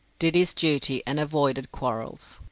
did his duty, and avoided quarrels.